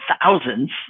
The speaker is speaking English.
thousands